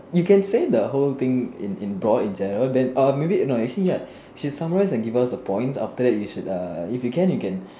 you can say the whole thing in in broad in general then um maybe no actually ya she summarize and give us the points after that you should err if you can you can